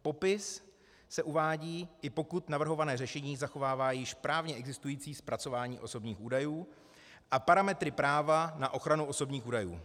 Popis se uvádí, i pokud navrhované řešení zachovává již právně existující zpracování osobních údajů a parametry práva na ochranu osobních údajů.